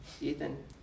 ethan